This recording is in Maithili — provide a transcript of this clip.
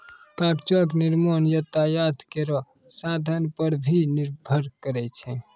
कागजो क निर्माण यातायात केरो साधन पर भी निर्भर करै छै